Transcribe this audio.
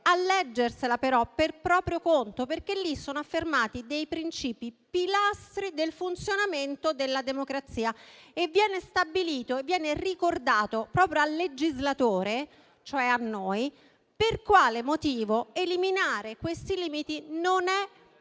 a leggerla per proprio conto, perché vi sono affermati principi che sono pilastri del funzionamento della democrazia. Viene stabilito e viene ricordato, proprio al legislatore, cioè a noi, per quale motivo eliminare questi limiti non è consigliabile